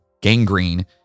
gangrene